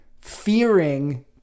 fearing